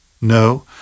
No